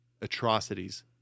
atrocities